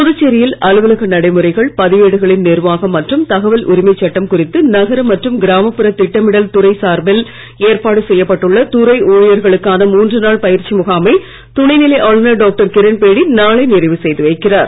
புதுச்சேரியில் அலுவலக நடைமுறைகள் பதிவேடுகளின் நிர்வாகம் மற்றும் தகவல் உரிமைச் சட்டம் குறித்து நகர மற்றும் கிராமப்புற திட்டமிடல் துறை சார்பில் ஏற்பாடு செய்யப்பட்டுள்ள துறை ஊழியர்களுக்கான மூன்று நாள் பயிற்சி முகாமை துணைநிலை ஆளுநர் டாக்டர் கிரண்பேடி நாளை நிறைவு செய்து வைக்கிறார்